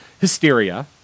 Hysteria